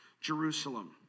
Jerusalem